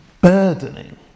burdening